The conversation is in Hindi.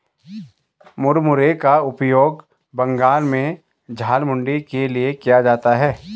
मुरमुरे का उपयोग बंगाल में झालमुड़ी के लिए किया जाता है